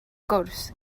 gwrs